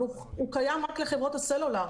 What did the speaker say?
אבל הוא קיים רק לחברות הסלולר.